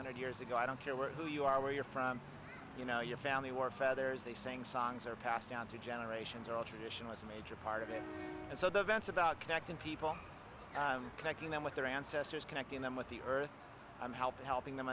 hundred years ago i don't care where who you are where you're from you know your family were feathers they sing songs are passed down through generations or tradition was a major part of it and so the events about connecting people connecting them with their ancestors connecting them with the earth i'm helping helping them